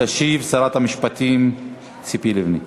תשיב שרת המשפטים ציפי לבני.